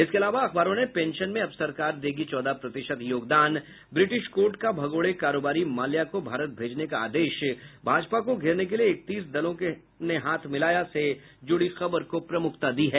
इसके अलावा अखबारों ने पेंशन में अब सरकार देगी चौदह प्रतिशत योगदान ब्रिटिश कोर्ट का भगौड़े कारोबारी माल्या को भारत भेजने का आदेश भाजपा को घेरने के लिए इकतीस दलों ने हाथ मिलाया से जुड़ी खबर को प्रमुखता मिली है